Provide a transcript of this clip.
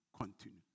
continue